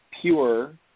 Pure